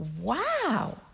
Wow